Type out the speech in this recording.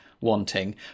wanting